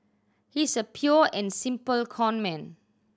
he's a pure and simple conman